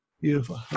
Beautiful